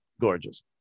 gorgeous